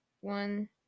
one